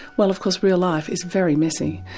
well of course real life is very messy,